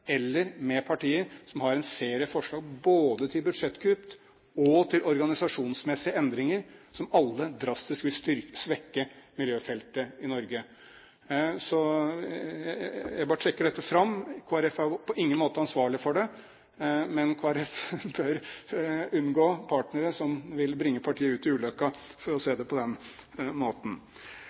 eller med partier som har en serie forslag både til budsjettkutt og til organisasjonsmessige endringer som alle drastisk vil svekke miljøfeltet i Norge. Jeg bare trekker dette fram. Kristelig Folkeparti er på ingen måte ansvarlig for det, men Kristelig Folkeparti bør unngå partnere som vil bringe partiet «ut i uløkka», for å si det på den måten.